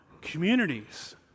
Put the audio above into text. communities